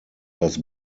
das